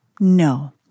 No